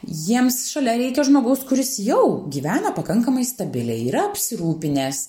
jiems šalia reikia žmogaus kuris jau gyvena pakankamai stabiliai yra apsirūpinęs